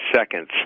seconds